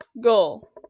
goal